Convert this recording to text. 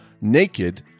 Naked